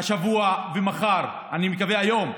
השבוע, מחר, ואני מקווה שהיום,